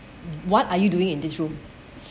what are you doing in this room